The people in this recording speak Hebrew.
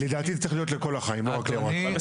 לדעתי זה צריך להיות לכל החיים, לא רק להוראת שעה.